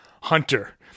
Hunter